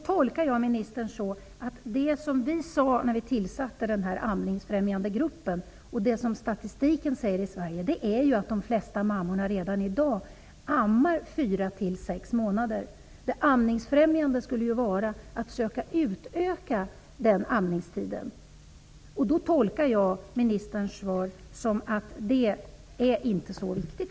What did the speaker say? Herr talman! När vi tillsatte den amningsfrämjande gruppen sade vi -- vilket också statistiken i Sverige visar -- att de flesta mammor redan i dag ammar fyra till sex månader. Amningsfrämjandet skulle vara att söka utöka amningstiden. Nu tolkar jag ministerns svar som att detta inte är så viktigt.